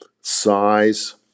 size